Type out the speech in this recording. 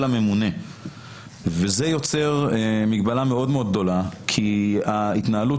הממונה וזה יוצר מגבלה מאוד מאוד גדולה כי ההתנהלות